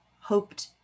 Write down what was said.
hoped